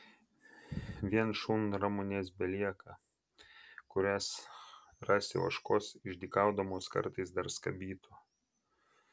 vien šunramunės belieka kurias rasi ožkos išdykaudamos kartais dar skabytų